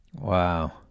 wow